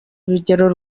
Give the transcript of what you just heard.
urugero